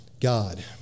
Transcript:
God